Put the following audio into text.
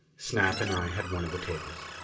snap and i had one of the tables.